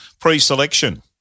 pre-selection